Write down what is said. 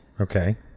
Okay